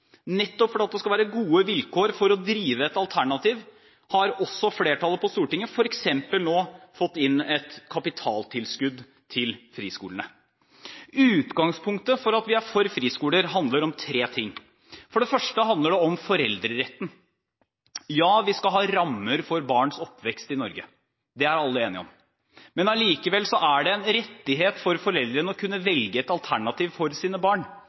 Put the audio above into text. nettopp fordi det skal være gode vilkår for å drive et alternativ, har flertallet på Stortinget også fått inn f.eks. et kapitaltilskudd til friskolene i statsbudsjettet. Utgangspunktet for at vi er for friskoler handler om tre ting: For det første handler det om foreldreretten. Ja, vi skal ha rammer for barns oppvekst i Norge. Det er alle enige om. Men likevel er det en rettighet for foreldrene å kunne velge et alternativ for sine barn,